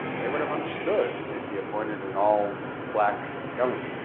they would have understood if he appointed an all black government.